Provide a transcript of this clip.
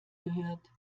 gehört